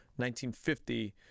1950